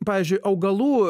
pavyzdžiui augalų